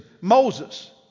Moses